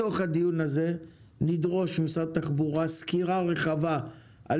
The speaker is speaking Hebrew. בתוך הדיון הזה נדרוש ממשרד התחבורה סקירה רחבה על